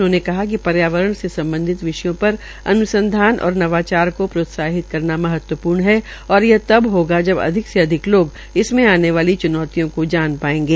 उन्होंने कहा कि पर्यावरण से सम्बधित विषयों पर अन्संधान और नवाचार को प्रोत्साहित करना महत्वपूर्ण है और यह तब होगा जब अधिक से अधिक लोग इसमें आने वाली च्नौतियों को जान पायेंगे